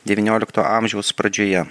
devyniolikto amžiaus pradžioje